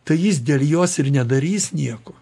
tai jis dėl jos ir nedarys nieko